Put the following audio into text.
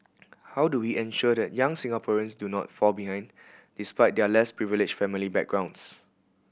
how do we ensure that young Singaporeans do not fall behind despite their less privileged family backgrounds